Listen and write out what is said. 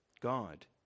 God